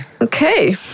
Okay